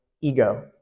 ego